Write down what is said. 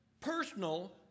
personal